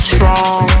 Strong